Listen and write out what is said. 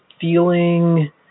feeling